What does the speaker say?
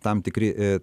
tam tikri e